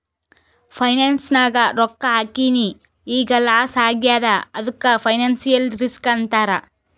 finance ನಾಗ್ ರೊಕ್ಕಾ ಹಾಕಿನ್ ಈಗ್ ಲಾಸ್ ಆಗ್ಯಾದ್ ಅದ್ದುಕ್ ಫೈನಾನ್ಸಿಯಲ್ ರಿಸ್ಕ್ ಅಂತಾರ್